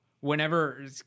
whenever